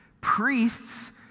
Priests